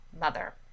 mother